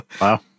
Wow